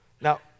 Now